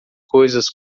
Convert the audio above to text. coisas